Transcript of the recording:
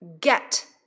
get